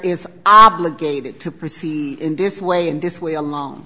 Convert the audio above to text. is obligated to proceed in this way in this way along